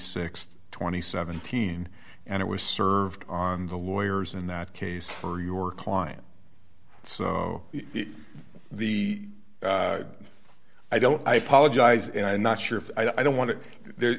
and seventeen and it was served on the lawyers in that case for your client so the i don't i apologize and i'm not sure if i don't want it there